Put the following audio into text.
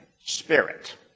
spirit